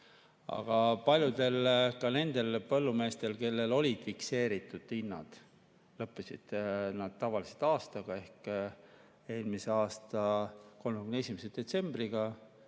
Aga paljudel, ka nendel põllumeestel, kellel olid fikseeritud hinnad, lõppesid need [lepingud] aastaga ehk eelmise aasta 31. detsembriga.